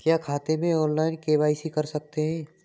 क्या खाते में ऑनलाइन के.वाई.सी कर सकते हैं?